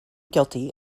guilty